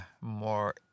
more